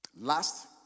Last